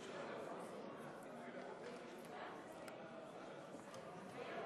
50. הצעת החוק לא עברה ויורדת מסדר-יומה של